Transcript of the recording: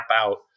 out